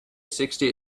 sixty